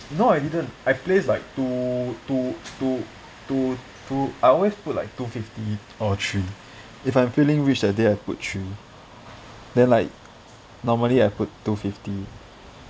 no I didn't I place like two two two two two I always put like two fifty or three if I'm feeling rich that day I put three then like normally I put two fifty